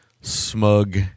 smug